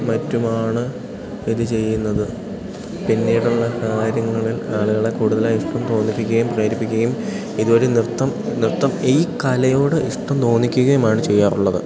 മറ്റുമാണ് ഇത് ചെയ്യുന്നത് പിന്നീടുള്ള കാര്യങ്ങളിൽ ആളുകളെ കൂടുതലായിഷ്ടം തോന്നിപ്പിക്കുകയും പ്രേരിപ്പിക്കുകയും ഇതു വഴി നൃത്തം നൃത്തം ഈ കലയോട് ഇഷ്ടം തോന്നിക്കുകയുമാണ് ചെയ്യാറുള്ളത്